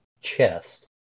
chest